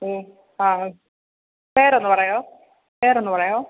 ഓ ആ ഒ പേരൊന്ന് പറയുമോ പേരൊന്ന് പറയാമോ